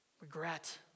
regret